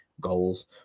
goals